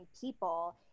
people